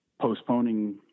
postponing